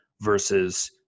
versus